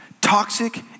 toxic